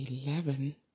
Eleven